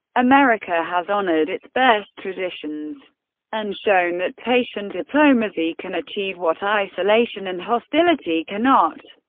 america has honored its best traditions and shown that patient diplomacy can achieve what isolation and hostility cannot.